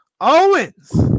Owens